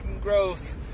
growth